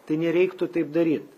tai nereiktų taip daryt